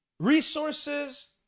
Resources